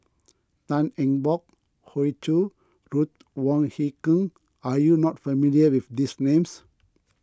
Tan Eng Bock Hoey Choo Ruth Wong Hie King are you not familiar with these names